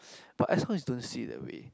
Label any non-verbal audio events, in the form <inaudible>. <breath> but as long as you don't see it that way